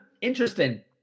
Interesting